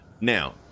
Now